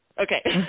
okay